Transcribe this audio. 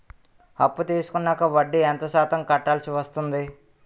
అప్పు తీసుకున్నాక వడ్డీ ఎంత శాతం కట్టవల్సి వస్తుంది?